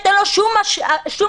אין לה שום השפעה,